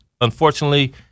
unfortunately